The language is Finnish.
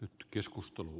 nyt keskustelu